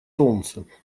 солнце